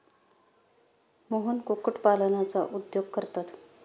मोहन कुक्कुटपालनाचा उद्योग करतात